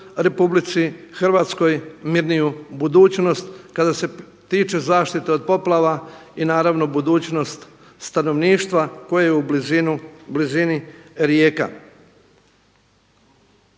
Republici Hrvatskoj mirniju budućnost kada se tiče zaštite od poplava i naravno budućnost stanovništva koje u blizini rijeka.